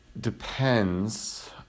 depends